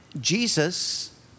Jesus